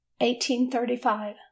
1835